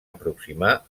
aproximar